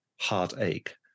heartache